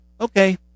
okay